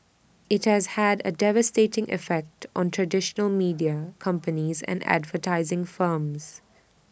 IT has had A devastating effect on traditional media companies and advertising firms